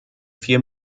vier